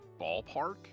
ballpark